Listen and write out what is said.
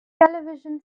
television